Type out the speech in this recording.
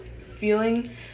feeling